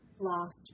lost